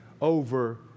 over